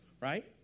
right